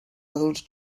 adults